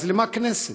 אז לְמה הכנסת?